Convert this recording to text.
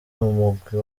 umugwi